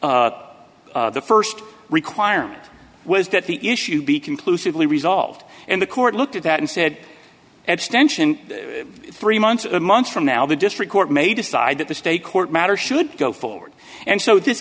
st the st requirement was that the issue be conclusively resolved and the court looked at that and said extension three months or months from now the district court may decide that the state court matter should go forward and so